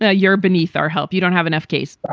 ah you're beneath our help, you don't have enough case.